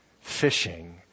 fishing